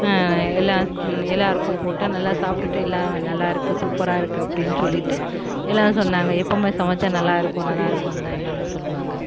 எல்லாம் எல்லாருக்கும் போட்டேன் நல்லா சாப்ட்டுட்டு எல்லாம் நல்லாருக்கு சூப்பரா இருக்கு அப்படினு சொல்லிட்டு எல்லாரும் சொன்னாங்கள் எப்போவுமே சமச்சா நல்லாருக்கும் நல்லாருக்கும் தான் எல்லாமே சொல்லுவாங்கள்